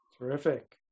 Terrific